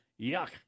Yuck